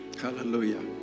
Hallelujah